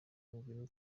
ngwino